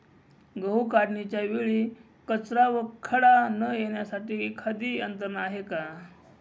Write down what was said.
गहू काढणीच्या वेळी कचरा व खडा न येण्यासाठी एखादी यंत्रणा आहे का?